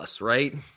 right